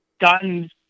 gotten